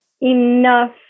enough